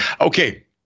Okay